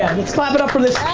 let's clap it up for this